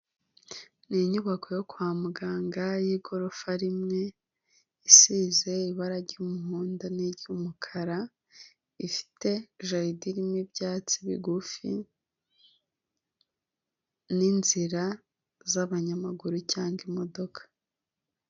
Ni inyubako yo kwa muganga y'igorofa rimwe isize ibara ry'umuhondo n'iry'umukara, ifite jaride irimo ibyatsi bigufi n'inzira z'abanyamaguru cyangwa imodoka.